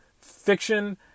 fiction